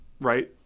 right